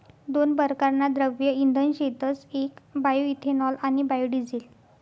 दोन परकारना द्रव्य इंधन शेतस येक बायोइथेनॉल आणि बायोडिझेल